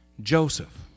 Joseph